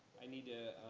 i need to